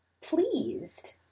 pleased